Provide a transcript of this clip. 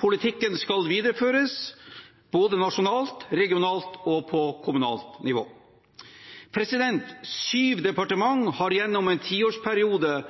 Politikken skal videreføres på både nasjonalt, regionalt og kommunalt nivå. Syv departementer har gjennom en tiårsperiode